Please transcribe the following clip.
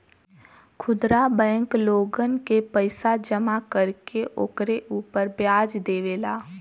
खुदरा बैंक लोगन के पईसा जमा कर के ओकरे उपर व्याज देवेला